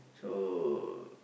so